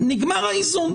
נגמר האיזון.